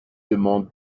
demande